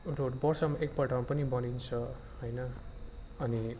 road एक वर्षमा पनि बनिन्छ होइन अनि